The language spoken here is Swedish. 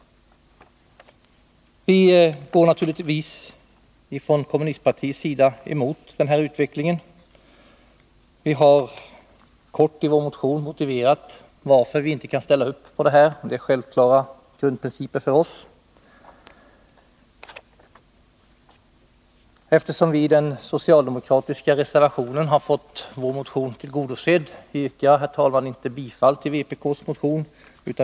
Från vänsterpartiet kommunisternas sida går vi naturligtvis emot denna utveckling. Vi har i vår motion kortfattat motiverat varför vi inte kan stödja regeringens förslag — det strider mot för oss självklara grundprinciper. Eftersom vi i den socialdemokratiska reservationen har fått våra motionsyrkanden tillgodosedda yrkar jag inte bifall till vpk:s motion.